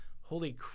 holy